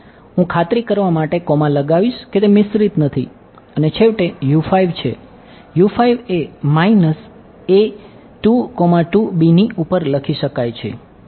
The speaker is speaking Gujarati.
હું ખાતરી કરવા માટે કોમા લગાવીશ કે તે મિશ્રિત નથી અને છેવટે છે એ ની ઉપર લખી શકાય છે